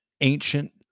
ancient